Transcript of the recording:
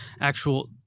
actual